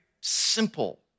simple